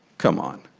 come on,